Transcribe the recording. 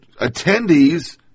attendees